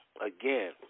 Again